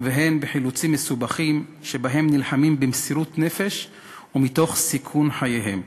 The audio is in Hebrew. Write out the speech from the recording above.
והן בחילוצים מסובכים שבהם הם נלחמים במסירות נפש ותוך סיכון חייהם,